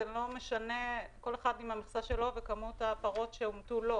לא משנה כל אחד עם הכמות שלו ומספר הפרות שהומתו לו.